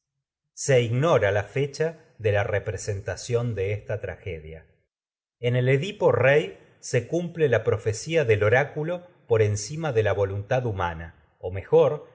se ignora la fecha de la representación de esta tragedia en el edipo por rey se cumple la profecía del oráculo encima de la voluntad hurpana o mejor